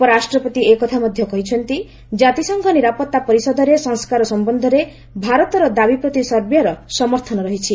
ଉପରାଷ୍ଟ୍ରପତି ଏକଥା ମଧ୍ୟ କହିଛନ୍ତି ଜାତିସଂଘ ନିରାପତ୍ତା ପରିଷଦରେ ସଂସ୍କାର ସମ୍ଭନ୍ଧରେ ଭାରତର ଦାବି ପ୍ରତି ସର୍ବିଆର ସମର୍ଥନ ରହିଛି